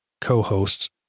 co-hosts